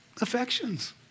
Affections